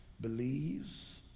believes